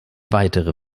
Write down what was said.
weitere